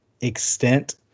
extent